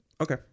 Okay